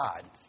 God